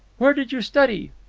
where did you study?